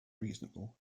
reasonable